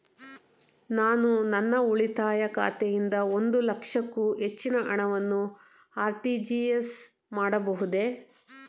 ನಾನು ನನ್ನ ಉಳಿತಾಯ ಖಾತೆಯಿಂದ ಒಂದು ಲಕ್ಷಕ್ಕೂ ಹೆಚ್ಚಿನ ಹಣವನ್ನು ಆರ್.ಟಿ.ಜಿ.ಎಸ್ ಮಾಡಬಹುದೇ?